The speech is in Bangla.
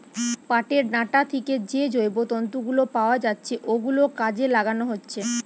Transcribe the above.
পাটের ডাঁটা থিকে যে জৈব তন্তু গুলো পাওয়া যাচ্ছে ওগুলো কাজে লাগানো হচ্ছে